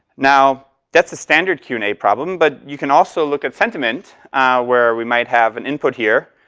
now that's a standard q and a problem, but you can also look at sentiment where we might have an input here.